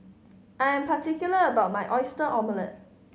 I am particular about my Oyster Omelette